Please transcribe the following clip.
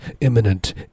imminent